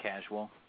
casual